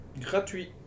Gratuit